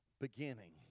beginning